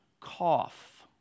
cough